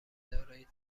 دارای